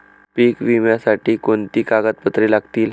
पीक विम्यासाठी कोणती कागदपत्रे लागतील?